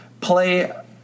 play